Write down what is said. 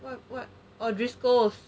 what what audrey schools